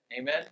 Amen